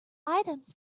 items